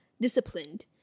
disciplined